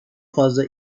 fazla